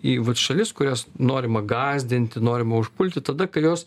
į vat šalis kurias norima gąsdinti norima užpulti tada kai jos